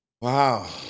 Wow